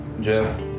Jeff